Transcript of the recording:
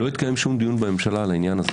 לא התקיים שום דיון בממשלה על העניין הזה.